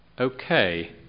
Okay